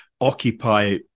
occupy